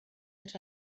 that